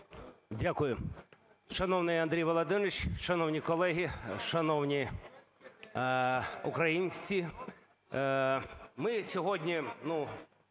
Дякую. Шановний Андрій Володимирович, шановні колеги, шановні українці! Ми сьогодні,